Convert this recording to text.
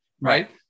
Right